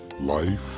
life